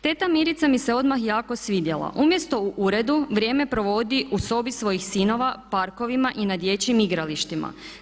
Teta Mirica mi se odmah jako svidjela, umjesto u uredu vrijeme provodi u sobi svojih sinova, parkovima i na dječjim igralištima.